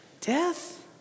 death